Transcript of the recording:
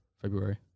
February